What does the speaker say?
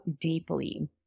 deeply